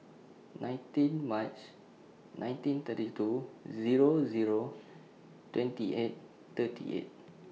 nineteen March nineteen thirty two Zero Zero twenty eight thirty eight